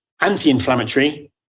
anti-inflammatory